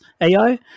AI